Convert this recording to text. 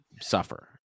suffer